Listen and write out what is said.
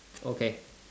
okay